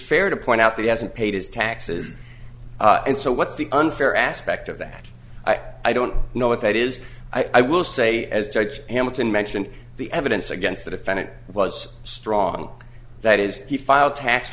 fair to point out that hasn't paid his taxes and so what's the unfair aspect of that i don't know what that is i will say as judge hamilton mentioned the evidence against the defendant was strong that is he filed tax